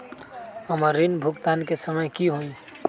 हमर ऋण भुगतान के समय कि होई?